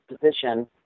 position